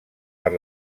per